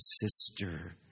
sister